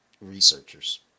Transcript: Researchers